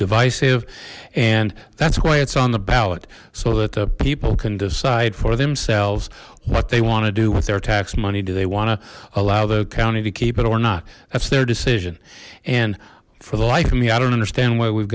divisive and that's why it's on the ballot so that the people can decide for themselves what they want to do with their tax money do they want to allow the county to keep it or not that's their decision and for the life of me i don't understand why we've